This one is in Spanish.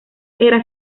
era